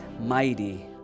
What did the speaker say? Mighty